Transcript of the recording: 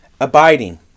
abiding